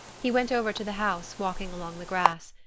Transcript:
he went over to the house, walking along the grass.